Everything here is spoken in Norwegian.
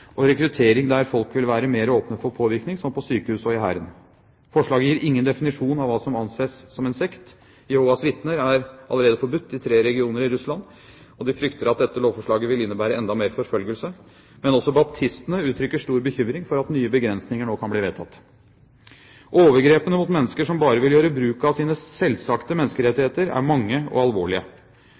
og rekruttering der folk vil være mer åpne for påvirkning – som på sykehus og i hæren. Forslaget gir ingen definisjon av hva som anses som en sekt. Jehovas vitner er allerede forbudt i tre regioner i Russland, og de frykter at dette lovforslaget vil innebære enda mer forfølgelse. Men også baptistene uttrykker stor bekymring for at nye begrensninger nå kan bli vedtatt. Overgrepene mot mennesker som bare vil gjøre bruk av sine selvsagte menneskerettigheter, er mange og alvorlige.